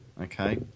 Okay